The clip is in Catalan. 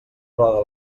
roda